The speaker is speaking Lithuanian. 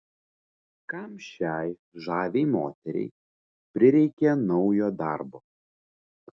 kam šiai žaviai moteriai prireikė naujo darbo